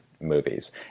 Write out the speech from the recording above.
movies